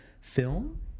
film